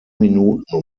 minuten